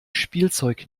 spielzeug